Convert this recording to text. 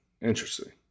Interesting